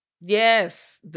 Yes